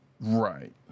Right